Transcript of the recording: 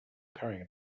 carrying